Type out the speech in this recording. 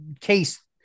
case